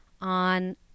on